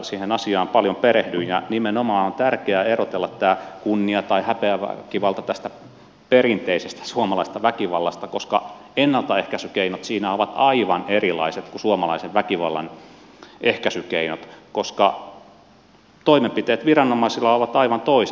siihen asiaan paljon perehdyin ja nimenomaan on tärkeää erotella tämä kunnia tai häpeäväkivalta tästä perinteisestä suomalaisesta väkivallasta koska ennaltaehkäisykeinot siinä ovat aivan erilaiset kuin suomalaisen väkivallan ehkäisykeinot koska toimenpiteet viranomaisilla ovat aivan toiset